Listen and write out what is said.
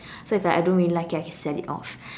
so it's like if I don't really like it I can sell it off